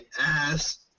ass